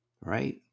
Right